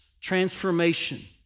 transformation